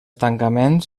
tancaments